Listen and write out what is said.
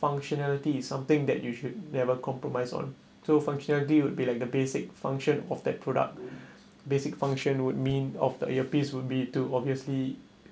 functionality is something that you should never compromise on so functionality would be like the basic function of that product basic function would mean of the earpiece would be to obviously